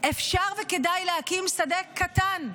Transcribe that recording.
אפשר וכדאי להקים שדה קטן.